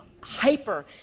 hyper